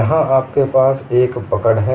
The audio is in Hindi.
यहाँ आपके पास एक पकड़ है